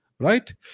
Right